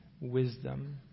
wisdom